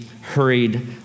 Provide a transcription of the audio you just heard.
hurried